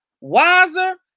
wiser